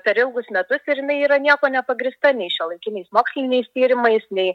per ilgus metus ir jinai yra niekuo nepagrįsta nei šiuolaikiniais moksliniais tyrimais nei